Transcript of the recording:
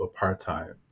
apartheid